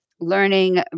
Learning